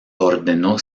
ordenó